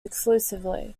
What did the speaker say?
exclusively